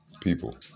people